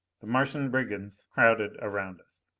the martian brigands crowded around us.